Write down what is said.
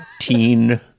teen